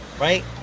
Right